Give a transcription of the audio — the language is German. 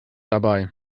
dabei